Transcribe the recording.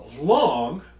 long